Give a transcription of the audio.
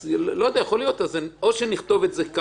אז או שנכתוב את זה,